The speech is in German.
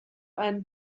einen